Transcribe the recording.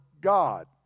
God